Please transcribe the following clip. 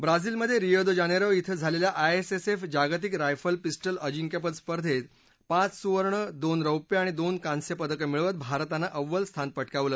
ब्राझीलमध्ये Rio de Janeiro इथं झालेल्या आयएसएसएफ जागतिक रायफल पिस्टल अजिंक्यपद स्पर्धेत पाच सुवर्ण दोन रौप्य आणि दोन कांस्य पदकं मिळवत भारतानं अव्वल स्थान पटकावलं